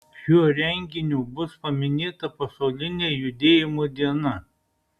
šiuo renginiu bus paminėta pasaulinė judėjimo diena